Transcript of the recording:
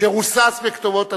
שרוסס בכתובות אנטישמיות,